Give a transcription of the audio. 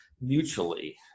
mutually